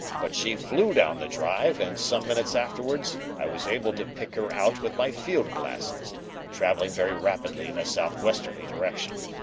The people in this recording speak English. but she flew down the drive, and some minutes afterwards i was able to pick her out with my field-glasses travelling very rapidly in a south-westerly direction.